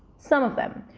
some of them.